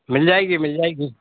मिल जाएगी मिल जाएगी